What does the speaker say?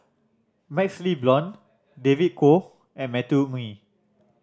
MaxLe Blond David Kwo and Matthew Ngui